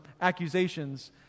accusations